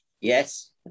yes